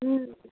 हूँ